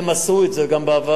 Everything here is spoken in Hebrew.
הם עשו את זה גם בעבר,